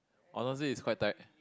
honestly it's quite ti~